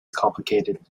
complicated